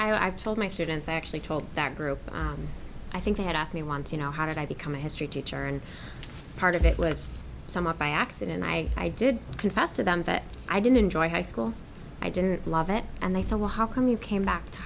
i've told my students actually told that group i think they had asked me once you know how did i become a history teacher and part of it was somewhat by accident i i did confess to them that i didn't enjoy high school i didn't love it and they said well how come you came back to